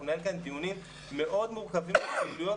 אנחנו ננהל כאן דיונים מאוד מורכבים על פעילויות